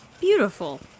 beautiful